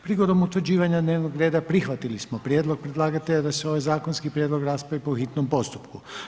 Prigodom utvrđivanja dnevnoga reda prihvatili smo prijedlog predlagatelja da se ovaj zakonski prijedlog raspravi po hitnom postupku.